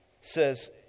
says